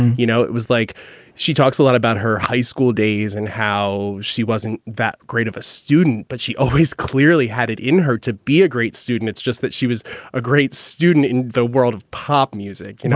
you know, it was like she talks a lot about her high school days and how she wasn't that great of a student, but she always clearly had it in her to be a great student. it's just that she was a great student in the world of pop music, you know,